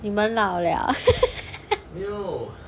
你们老了